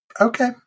Okay